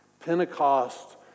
Pentecost